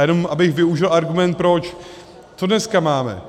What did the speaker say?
Jenom abych využil argument proč co dneska máme?